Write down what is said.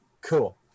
Cool